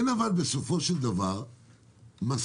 אבל אין בסופו של דבר מסקנות